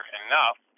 enough